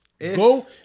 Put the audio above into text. Go